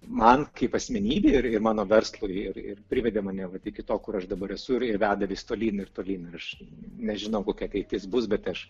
man kaip asmenybei ir ir mano verslui ir ir privedė mane vat iki to kur aš dabar esu ir veda vis tolyn ir tolyn ir aš nežinau kokia ateitis bus bet aš